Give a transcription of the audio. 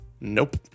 Nope